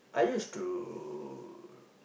I used to